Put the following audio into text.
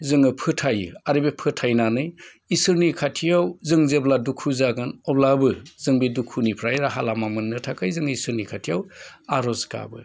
जोङो फोथायो आरो बे फोथायनानै इसोरनि खाथियाव जों जेब्ला दुखु जागोन अब्लाबो जों बे दुखुनिफ्राय राहा लामा मोननो थाखाय जोङो इसोरनि खाथियाव आर'ज गाबो